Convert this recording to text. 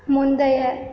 முந்தைய